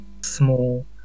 small